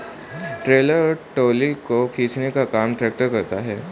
trailer और trolley आदि को खींचने का काम ट्रेक्टर करता है